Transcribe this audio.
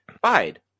Bide